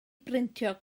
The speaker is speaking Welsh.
brintio